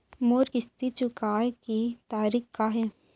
मोर किस्ती चुकोय के तारीक का हे?